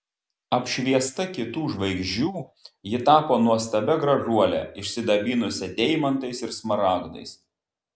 apšviesta kitų žvaigždžių ji tapo nuostabia gražuole išsidabinusia deimantais ir smaragdais